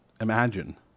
imagine